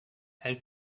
elle